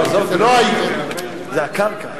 זה הקרקע.